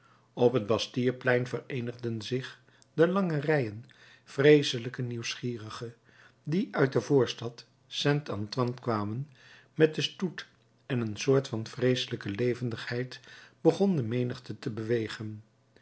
op het bastilleplein vereenigden zich de lange rijen vreeselijke nieuwsgierigen die uit de voorstad st antoine kwamen met den stoet en een soort van vreeselijke levendigheid begon de menigte te bewegen